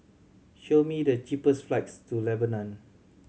show me the cheapest flights to Lebanon